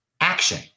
Action